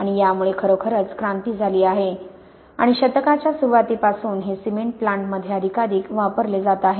आणि यामुळे खरोखरच क्रांती झाली आहे आणि शतकाच्या सुरुवातीपासून हे सिमेंट प्लांटमध्ये अधिकाधिक वापरले जात आहे